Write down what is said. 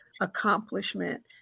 accomplishment